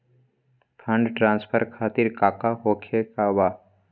Fund transfer खातिर काका होखे का बा?